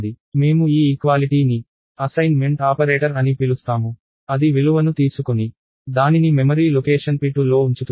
మేము ఈ ఈక్వాలిటీ ని అసైన్మెంట్ ఆపరేటర్ అని పిలుస్తాము అది విలువను తీసుకొని దానిని మెమరీ లొకేషన్ p2 లో ఉంచుతుంది